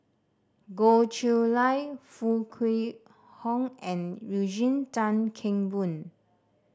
Goh Chiew Lye Foo Kwee Horng and Eugene Tan Kheng Boon